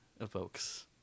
evokes